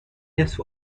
نصف